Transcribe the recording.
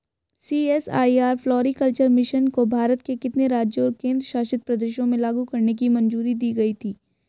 CSIR floriculture mission को भारत के कितने राज्यों और केंद्र शासित प्रदेशों में लागू करने की मंजूरी दी गई थी?